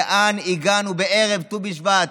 לאן הגענו בערב ט"ו בשבט?